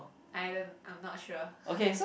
I don't I'm not sure